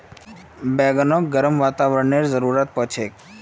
बैगनक गर्म वातावरनेर जरुरत पोर छेक